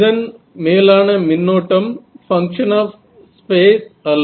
இதன் மேலான மின்னோட்டம் பங்க்ஷன் ஆப் ஸ்பேஸ் அல்ல